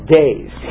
days